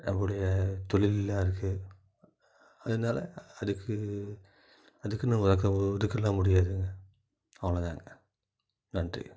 நம்முடைய தொழில்லாம் இருக்குது அதனால அதுக்கு அதுக்குன்னு ஒதுக்க ஒதுக்கெல்லாம் முடியாதுங்க அவ்வளோதாங்க நன்றி